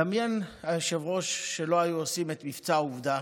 דמיין, היושב-ראש, שלא היו עושים את מבצע עובדה